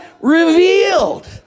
revealed